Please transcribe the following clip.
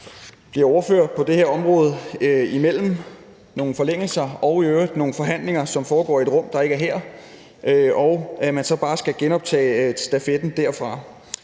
bliver ordfører på det her område imellem nogle forlængelser og i øvrigt nogle forhandlinger, som foregår i et rum, der ikke er det her, og man så bare skal genoptage stafetten derfra.